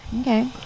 Okay